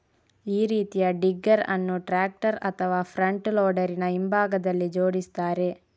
ಈ ರೀತಿಯ ಡಿಗ್ಗರ್ ಅನ್ನು ಟ್ರಾಕ್ಟರ್ ಅಥವಾ ಫ್ರಂಟ್ ಲೋಡರಿನ ಹಿಂಭಾಗದಲ್ಲಿ ಜೋಡಿಸ್ತಾರೆ